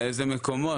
לאיזה מקומות.